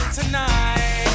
tonight